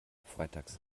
freitags